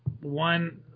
one